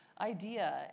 idea